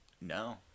No